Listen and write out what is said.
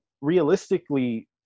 realistically